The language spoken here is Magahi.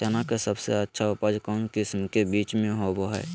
चना के सबसे अच्छा उपज कौन किस्म के बीच में होबो हय?